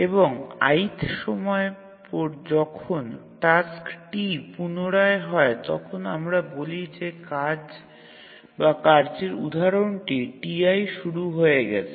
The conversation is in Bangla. এবং ith সময় যখন টাস্ক t পুনরায় হয় তখন আমরা বলি যে কাজ বা কার্যের উদাহরণটি Ti শুরু হয়ে গেছে